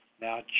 Now